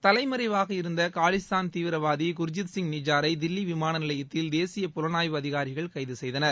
தலைமறைவாக இருந்த காலிஸ்தான் தீவிரவாதி குர்ஜித் சிங் நிஜ்ஜாரை தில்லி விமான நிலையத்தில் தேசிய புலனாய்வு அதிகாரிகள் கைது செய்தனர்